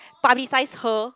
publicize her